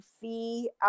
fee